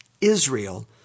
Israel